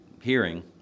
hearing